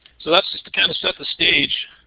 so, that's just to kind of set the stage